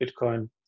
Bitcoin